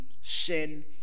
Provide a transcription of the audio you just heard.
sin